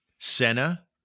Senna